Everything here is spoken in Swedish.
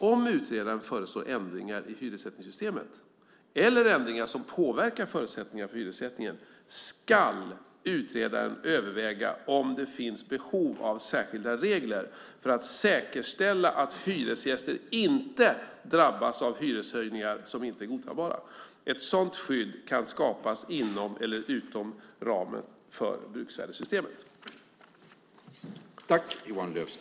Om utredaren föreslår ändringar i hyressättningssystemet eller ändringar som påverkar förutsättningarna för hyressättningen, skall utredaren överväga om det finns behov av särskilda regler för att säkerställa att hyresgäster inte drabbas av hyreshöjningar som inte är godtagbara. Ett sådant skydd kan skapas inom eller utom ramen för bruksvärdessystemet."